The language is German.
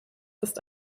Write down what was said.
ist